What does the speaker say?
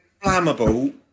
flammable